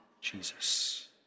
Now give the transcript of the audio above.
Jesus